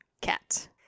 cat